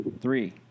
three